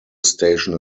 station